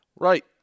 Right